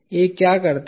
A क्या करता है